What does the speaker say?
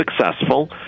successful